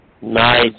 Nice